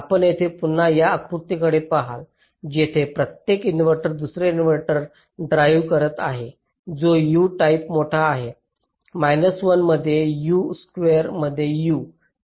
आपण येथे पुन्हा या आकृतीकडे पहाल येथे प्रत्येक इन्व्हर्टर दुसरा इन्व्हर्टर ड्राईव्ह करीत आहे जो U टाइम मोठा आहे 1 मध्ये U स्क्वेअर मध्ये U